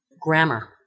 grammar